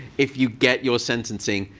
if you get your sentencing,